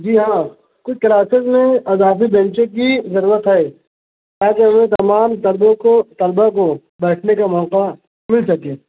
جی ہاں کچھ کلاسیز میں اضافی بینچوں کی ضرورت ہے تاکہ اُن تمام طلبہ کو طلبہ کو بیٹھنے کا موقع مل سکے